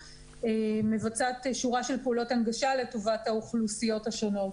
מבצעת שורה של פעולות הנגשה לטובת האוכלוסיות השונות,